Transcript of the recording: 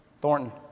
Thornton